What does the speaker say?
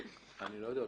אני לא יודע,